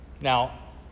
Now